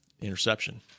Interception